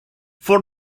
for